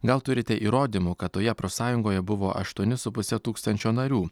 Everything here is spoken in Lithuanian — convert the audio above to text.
gal turite įrodymų kad toje profsąjungoje buvo aštuoni su puse tūkstančio narių